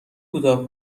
کوتاه